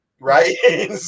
right